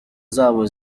zabo